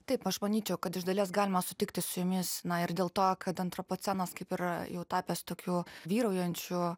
taip aš manyčiau kad iš dalies galima sutikti su jumis ir dėl to kad antropocenas kaip ir jau tapęs tokiu vyraujančiu